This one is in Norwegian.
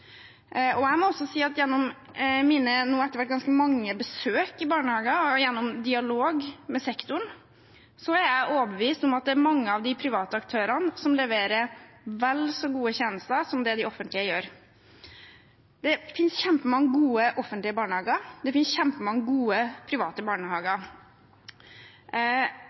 Jeg må også si at gjennom mine nå etter hvert ganske mange besøk i barnehager og gjennom dialog med sektoren er jeg overbevist om at det er mange av de private aktørene som leverer vel så gode tjenester som det de offentlige gjør. Det finnes kjempemange gode offentlige barnehager, det finnes kjempemange gode private barnehager.